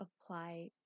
apply